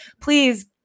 please